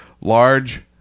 Large